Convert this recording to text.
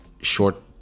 short